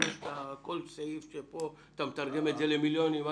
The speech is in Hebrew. סעיף שיש פה למיליונים.